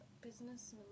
business